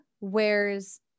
wears